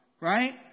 Right